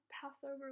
passover